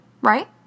right